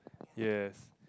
yes